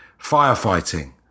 firefighting